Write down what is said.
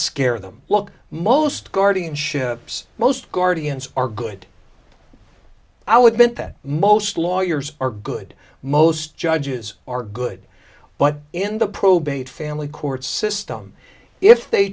scare them look most guardianships most guardians are good i'll admit that most lawyers are good most judges are good but in the probate family courts system if they